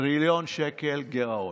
טריליון שקל גירעון.